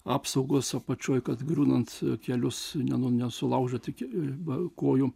apsaugos apačioj kad griūnant kelius ne nu nesulaužyti iki kojų